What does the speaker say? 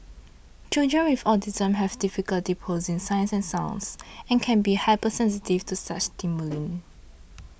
children with autism have difficulty processing sights and sounds and can be hypersensitive to such stimuli